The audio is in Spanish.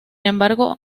embargo